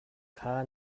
kha